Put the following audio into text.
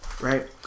right